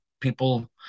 people